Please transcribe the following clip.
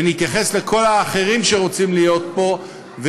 ונתייחס לכל האחרים שרוצים להיות פה,